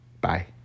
Bye